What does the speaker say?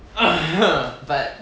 but